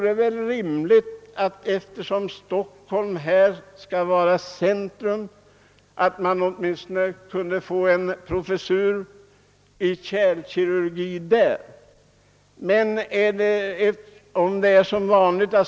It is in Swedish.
Eftersom Stockholm skall vara centrum för den medicinska utbildningen vore det väl lämpligt att här inrättades en professur i kärlkirurgi.